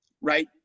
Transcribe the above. right